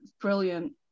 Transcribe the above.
brilliant